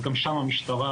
אז גם שם המשטרה,